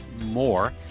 more